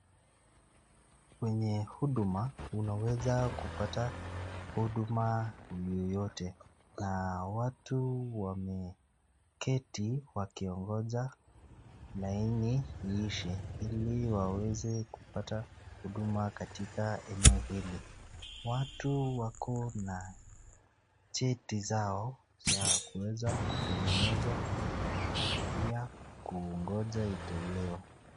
Kwenye huduma, unaweza kupata, huduma yoyote, na watu wameketi, wakiongoja, laini iishe, ili waweze kupata, huduma katika eneo hili, watu wako na, cheti zao, za kuweza kutengenezwa, na pia, kuongoja itolewe.